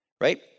right